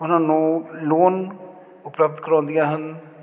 ਉਹਨਾਂ ਨੂੰ ਲੋਨ ਉਪਲਬਧ ਕਰਵਾਉਂਦੀਆਂ ਹਨ